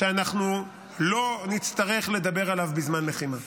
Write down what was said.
שאנחנו לא נצטרך לדבר עליו בזמן לחימה,